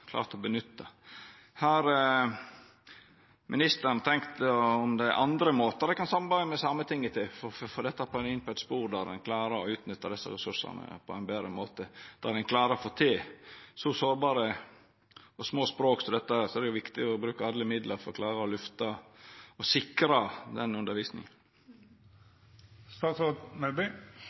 klart å nytta. Har ministeren tenkt om det er andre måtar ein kan samarbeida med Sametinget på, for å få dette inn på eit spor der ein klarar å utnytta desse ressursane på ein betre måte? Når det gjeld så sårbare og små språk som dette, er det viktig å bruka alle midlar for å klara å lyfta og sikra den